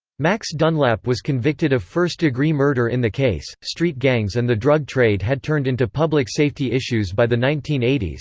max dunlap was convicted of first-degree murder in the case street gangs and the drug trade had turned into public safety issues by the nineteen eighty s,